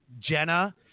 Jenna